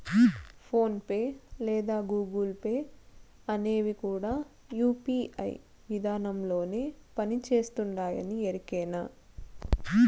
phone pay లేదా Google pay అనేవి కూడా యూ.పీ.ఐ విదానంలోనే పని చేస్తుండాయని ఎరికేనా